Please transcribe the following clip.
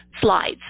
slides